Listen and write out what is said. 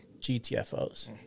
GTFOs